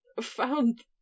found